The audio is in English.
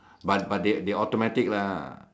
but but they automatically lah